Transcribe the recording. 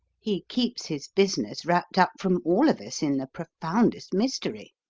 he keeps his business wrapped up from all of us in the profoundest mystery.